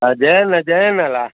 ಹಾಂ ಜಯಣ್ಣ ಜಯಣ್ಣ ಅಲ್ವ